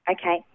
Okay